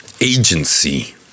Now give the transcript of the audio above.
agency